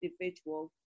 individual